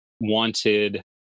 wanted